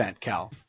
Cal